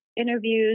interviews